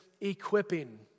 equipping